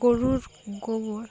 গরুর গোবর